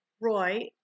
Roy